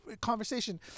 conversation